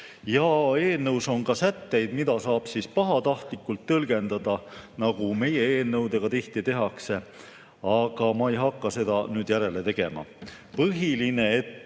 Eelnõus on ka sätteid, mida saab pahatahtlikult tõlgendada, nagu meie eelnõudega tihti tehakse. Aga ma ei hakka seda nüüd järele tegema. Põhiline on, et